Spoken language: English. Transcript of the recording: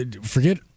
Forget